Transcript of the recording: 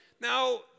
Now